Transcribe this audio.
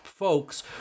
Folks